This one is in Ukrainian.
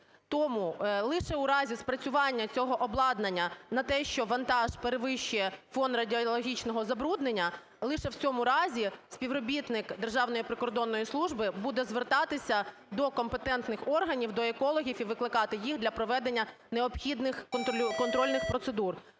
Тому, лише у разі спрацювання цього обладнання на те, що вантаж перевищує фон радіологічного забруднення, лише в цьому разі співробітник Державної прикордонної служби буде звертатися до компетентних органів, до екологів і викликати їх для проведення необхідних контрольних процедур.